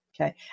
okay